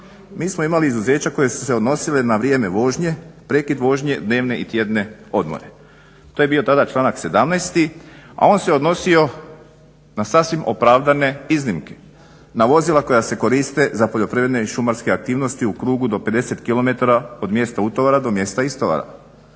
Mi smo imali izuzeća koja su se odnosila na vrijeme vožnje, prekid vožnje, dnevne i tjedne odmore. To je bio tada članak 17. a on se odnosio na sasvim opravdane iznimke. Na vozila koja se koriste za poljoprivredne i šumarske aktivnosti u krugu do 50km od mjesta utovara do mjesta istovara.